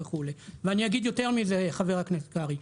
ואני אגיד יותר מזה, חבר הכנסת קרעי.